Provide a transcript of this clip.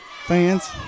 fans